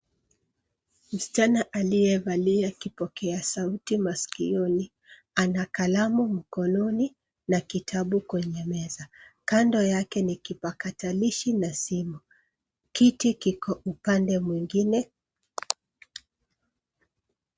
Msichana aliyevalia kipokea sauti masikioni ana kalamu mkononi na kitabu kwenye meza. Kando yake ni kipakatalishi na simu. Kiti kiko upande mwingine.